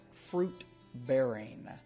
Fruit-bearing